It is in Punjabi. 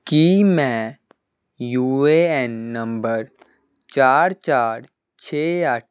ਕੀ ਮੈਂ ਯੂ ਏ ਐੱਨ ਨੰਬਰ ਚਾਰ ਚਾਰ ਛੇ ਅੱਠ